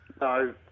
No